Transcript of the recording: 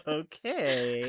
okay